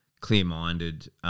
clear-minded